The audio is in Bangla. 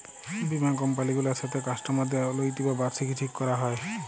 বীমা কমপালি গুলার সাথে কাস্টমারদের আলুইটি বা বার্ষিকী ঠিক ক্যরা হ্যয়